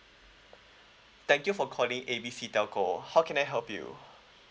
thank you for calling A B C telco how can I help you